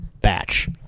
batch